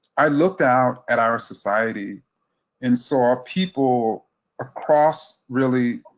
i looked out at our society and saw people across really,